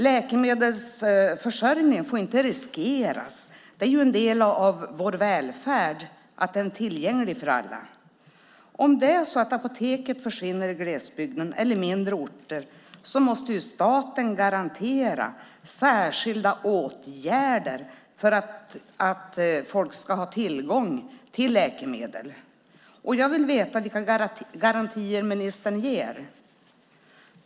Läkemedelsförsörjningen får inte riskeras. Det är ju en del av vår välfärd att den är tillgänglig för alla. Om apoteket försvinner i glesbygden eller på mindre orter måste staten garantera särskilda åtgärder för att folk ska ha tillgång till läkemedel. Jag vill veta vilka garantier ministern ger.